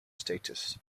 status